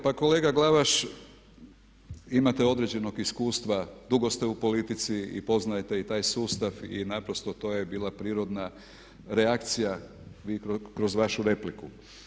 Pa kolega Glavaš, imate određenog iskustva, dugo ste u politici i poznajete i taj sustav i naprosto to je bila prirodna reakcija kroz vašu repliku.